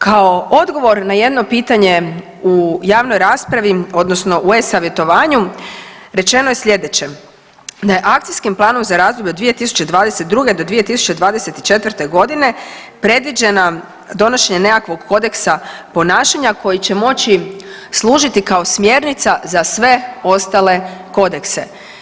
Kao odgovor na jedno pitanje u Javnoj raspravi, odnosno u EU savjetovanju rečeno je slijedeće: da je Akcijskim planom za razdoblje od 2022. do 2024.godine predviđena donošenje nekakvog kodeksa ponašanja koji će moći služiti kao smjernica za sve ostale kodekse.